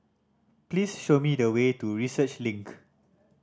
please show me the way to Research Link